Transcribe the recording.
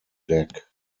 deck